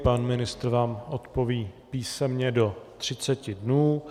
Pan ministr vám odpoví písemně do třiceti dnů.